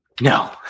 No